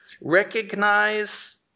Recognize